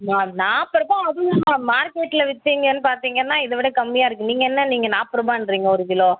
ma'am நாற்பது ரூபா அதுவும் மார்க்கெட்டில் வித்தீங்கன்னு பார்த்தீங்கனா இதை விட கம்மியாக இருக்கும் நீங்கள் என்ன நீங்கள் நாற்பது ரூபான்றீங்க ஒரு கிலோ